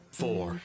four